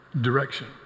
direction